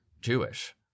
Jewish